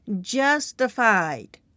justified